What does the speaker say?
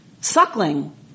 suckling